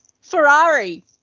Ferrari